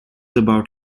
about